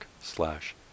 slash